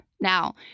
Now